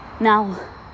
Now